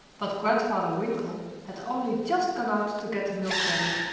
but grandfather winkle had only just gone out to get the milk ready,